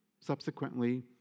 Subsequently